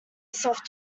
soft